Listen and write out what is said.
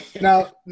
Now